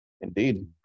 Indeed